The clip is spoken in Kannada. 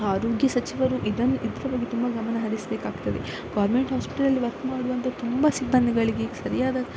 ಆರೋಗ್ಯ ಸಚಿವರು ಇದನ್ನು ಇದರ ಬಗ್ಗೆ ತುಂಬ ಗಮನಹರಿಸಬೇಕಾಗ್ತದೆ ಗೋರ್ಮೆಂಟ್ ಹಾಸ್ಪಿಟಲಲ್ಲಿ ವರ್ಕ್ ಮಾಡುವಂಥ ತುಂಬ ಸಿಬ್ಬಂದಿಗಳಿಗೆ ಸರಿಯಾದ